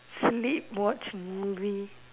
sleep watch movie